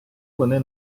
вони